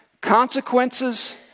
consequences